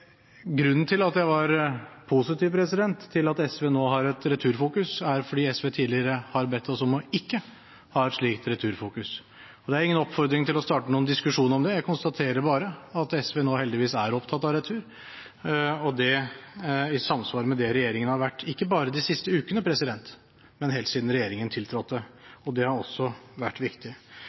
Grunnen til at jeg var positiv til at SV nå har et returfokus, er at SV tidligere har bedt oss om å ikke ha et slikt returfokus. Det er ingen oppfordring til å starte noen diskusjon om det. Jeg konstaterer bare at SV nå heldigvis er opptatt av retur, og det i samsvar med det regjeringen har vært, ikke bare de siste ukene, men helt siden regjeringen tiltrådte, og det har også vært viktig.